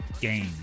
game